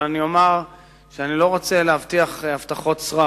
אבל אני אומר שאני לא רוצה להבטיח הבטחות סרק.